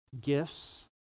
gifts